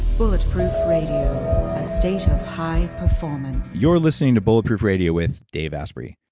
bulletproof radio, a state of high performance you're listening to bulletproof radio with dave asprey.